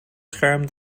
scherm